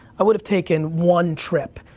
i would've taken one trip,